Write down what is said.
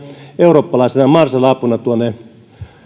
eurooppalaisena marshall apuna